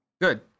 Good